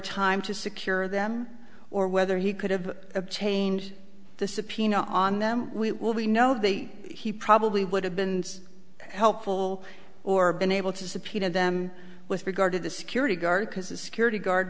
time to secure them or whether he could have obtained the subpoena on them we will we know the he probably would have been helpful or been able to subpoena them with regard to the security guard because the security guard